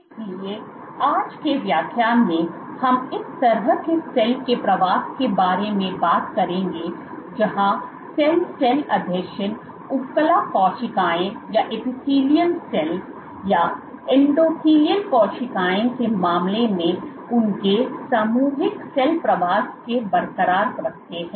इसलिए आज के व्याख्यान में हम इस तरह के सेल के प्रवास के बारे में बात करेंगे जहाँ सेल सेल आसंजन उपकला कोशिकाओं या एंडोथेलियल कोशिकाओं के मामले में उनके सामूहिक सेल प्रवास को बरकरार रखते हैं